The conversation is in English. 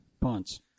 punts